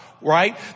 right